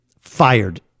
fired